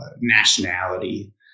nationality